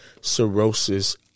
cirrhosis